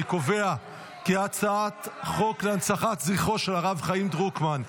אני קובע כי הצעת חוק להנצחת זכרו של הרב חיים דרוקמן,